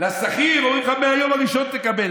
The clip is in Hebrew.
לשכיר אומרים: מהיום הראשון תקבל.